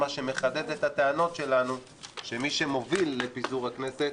מה שמחדד את הטענות שלנו שמי שמוביל לפיזור הכנסת